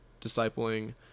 discipling